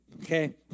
okay